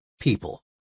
people